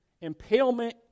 impalement